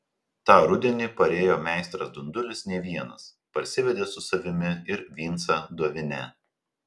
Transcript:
tą rudenį parėjo meistras dundulis ne vienas parsivedė su savimi ir vincą dovinę